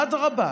אדרבה,